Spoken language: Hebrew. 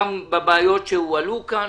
גם בבעיות שהועלו פה.